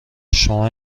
شما